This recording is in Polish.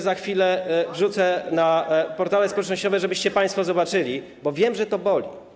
Za chwilę wrzucę to na portale społecznościowe, żebyście państwo zobaczyli, bo wiem, że to boli.